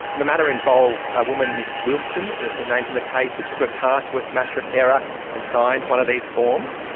and the matter involving a woman, miss wilson named in the case who took a car to a smash repairer and signed one of these forms,